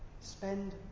Spend